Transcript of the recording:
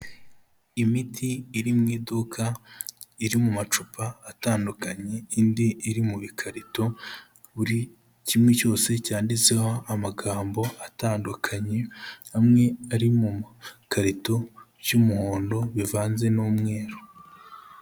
Imiti iri mu iduka iri mu macupa atandukanye indi iri mu bikarito, buri kimwe cyose cyanditseho amagambo atandukanye. Amwe ari mu makarito y'umuhondo bivanze n'umweru.